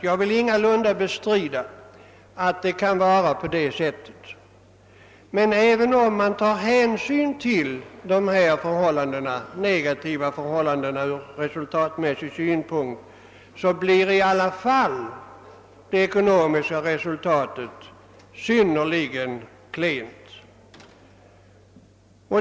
Jag vill ingalunda bestrida att det kan förhålla sig på det sättet, men även om man tar hänsyn till dessa från resultatmässig synpunkt negativa förhållanden blir det ekonomiska resultatet synnerligen klent.